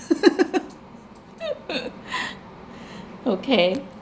okay